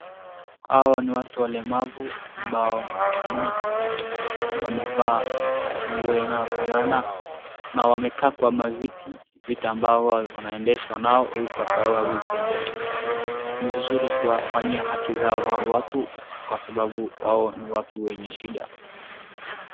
Hawa ni watu walemavu ambao ni wa Kenya. Wamevaa nguo inayofanana na wamekaa kwa maviti vitambaa wanaendeshwa nayo kwa sababu hawezi tembea. Ni vizuri kuwafanyi haki zao hawa watu kwa sababu hao ni watu wenye shida.